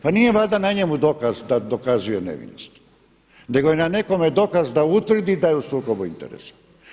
Pa nije valjda na njemu da dokazuje nevinost, nego je na nekome dokaz da utvrdi da je u sukobu interesa.